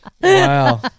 Wow